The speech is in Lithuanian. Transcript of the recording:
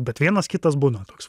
bet vienas kitas būna toks